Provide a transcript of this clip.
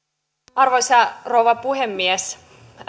arvoisa rouva puhemies